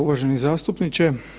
Uvaženi zastupniče.